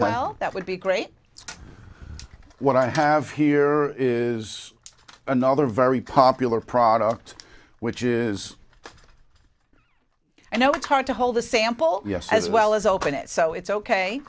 well that would be great what i have here is another very popular product which is you know it's hard to hold the sample as well as open it so it's ok